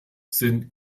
sind